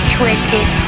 Twisted